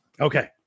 Okay